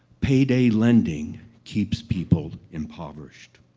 payday lending keeps people impoverished.